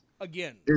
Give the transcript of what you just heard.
Again